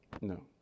No